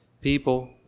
People